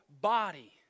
body